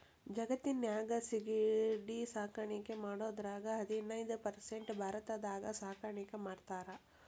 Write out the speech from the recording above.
ಜಗತ್ತಿನ್ಯಾಗ ಸಿಗಡಿ ಸಾಕಾಣಿಕೆ ಮಾಡೋದ್ರಾಗ ಹದಿನೈದ್ ಪರ್ಸೆಂಟ್ ಭಾರತದಾಗ ಸಾಕಾಣಿಕೆ ಮಾಡ್ತಾರ